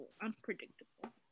Unpredictable